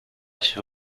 się